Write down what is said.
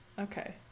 Okay